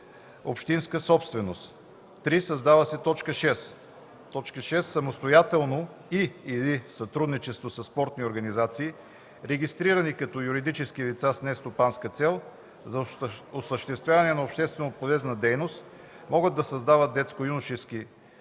общинска собственост”. 3. Създава се т. 6: „6. Самостоятелно и/или в сътрудничество със спортни организации, регистрирани като юридически лица с нестопанска цел за осъществяване на общественополезна дейност, могат да създават детско-юношески